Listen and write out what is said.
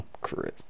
Chris